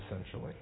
essentially